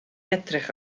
edrych